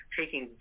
taking